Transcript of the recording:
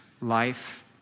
life